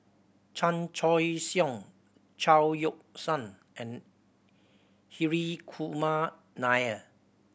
Chan Choy Siong Chao Yoke San and Hri Kumar Nair